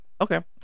okay